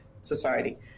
society